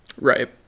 right